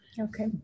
Okay